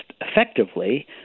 effectively